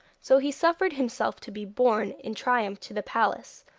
so he suffered himself to be borne in triumph to the palace,